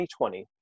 2020